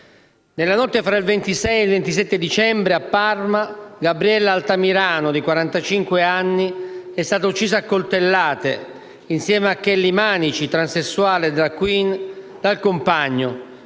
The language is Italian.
Nella notte fra il 26 e il 27 dicembre, a Parma, Gabriella Altamirano, di quarantacinque anni, è stata uccisa a coltellate, assieme a Kelly Manici, transessuale e *drag queen*, dal compagno,